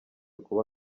kuba